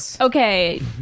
Okay